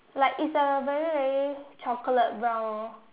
like it's a very very chocolate brown